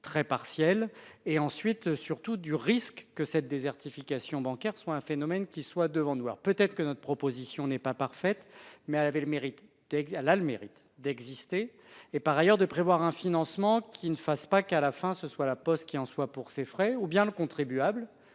très partielles et ensuite surtout du risque que cette désertification bancaire soit un phénomène qui soit devant voir peut-être que notre proposition n'est pas parfaite mais elle avait le mérite d'elle a le mérite d'exister et par ailleurs de prévoir un financement qui ne fassent pas qu'à la fin, ce soit la Poste qu'il en soit pour ses frais ou bien le contribuable